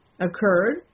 occurred